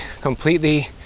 completely